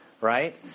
right